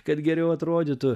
kad geriau atrodytų